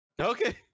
okay